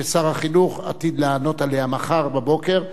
ששר החינוך עתיד לענות עליה מחר בבוקר,